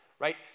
Right